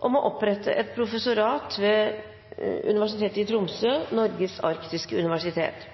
om å opprette et professorat ved Universitetet i Tromsø, Norges arktiske universitet,